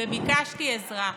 וביקשתי עזרה.